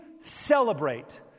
celebrate